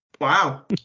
Wow